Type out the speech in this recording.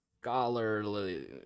scholarly